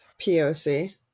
poc